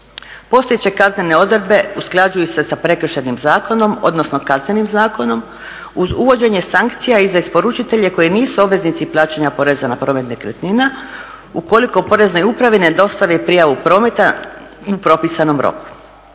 Postojeće kaznene odredbe usklađuju se sa Prekršajnim zakonom, odnosno Kaznenim zakonom uz uvođenje sankcija i za isporučitelje koji nisu obveznici plaćanja poreza na promet nekretnina ukoliko Poreznoj upravi ne dostave i prijavu prometa u propisanom roku.